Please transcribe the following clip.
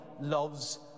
loves